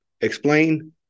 explain